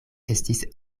estis